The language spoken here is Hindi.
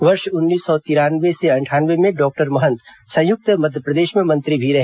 वर्ष उन्नीस सौ तिरानवे से अंठानवे में डॉक्टर महंत संयुक्त मध्यप्रदेश में मंत्री भी रहे